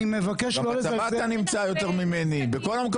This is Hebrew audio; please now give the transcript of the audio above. לך לירוחם ודימונה.